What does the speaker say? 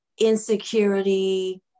insecurity